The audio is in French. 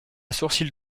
sourcils